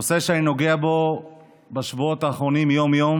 זה נושא שאני נוגע בו בשבועות האחרונים יום-יום